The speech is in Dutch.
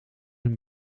een